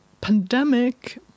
pandemic